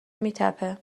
میتپه